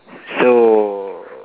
so